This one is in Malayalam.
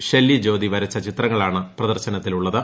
ഷെല്ലിക് ജൂട്ടതി വരച്ച ചിത്രങ്ങളാണ് പ്രദർശനത്തിലുള്ളത്